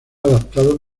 adaptado